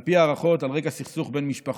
על פי ההערכות על רקע סכסוך בין משפחות.